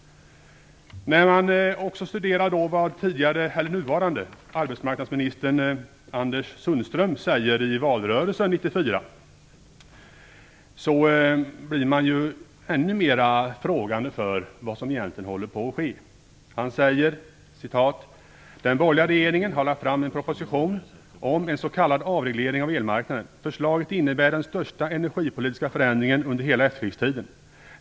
När man studerar vad nuvarande arbetsmarknadsminister Anders Sundström sade i valrörelsen 1994 blir man ännu mer frågande inför vad som egentligen håller på att ske. Han sade: Den borgerliga regeringen har lagt fram en proposition om en s.k. avreglering av elmarknaden. Förslaget innebär den största energipolitiska förändringen under hela efterkrigstiden.